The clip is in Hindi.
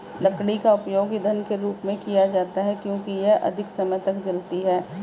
लकड़ी का उपयोग ईंधन के रूप में किया जाता है क्योंकि यह अधिक समय तक जलती है